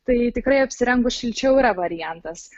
tai tikrai apsirengus šilčiau yra variantas